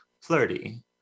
flirty